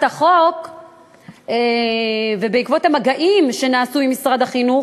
החוק ובעקבות המגעים שנעשו עם משרד החינוך,